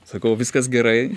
sakau viskas gerai